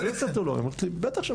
בטח.